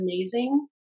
amazing